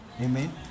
Amen